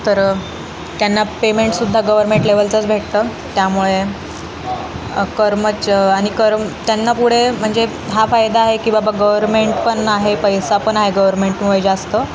तर त्यांना पेमेंटसुद्धा गव्हर्मेंट लेव्हलचंच भेटतं त्यामुळे कर्मच आणि कर्मचारी त्यांना पुढे म्हणजे हा फायदा आहे की बाबा गव्हर्मेंट पण आहे पैसा पण आहे गव्हर्मेंटमुळे जास्त